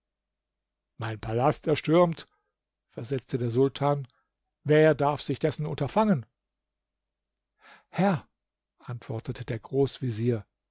mein palast erstürmt versetzte der sultan wer darf sich dessen unterfangen herr antwortete der